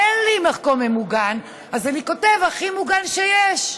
אין לי מקום ממוגן, אז אני כותב: הכי מוגן שיש.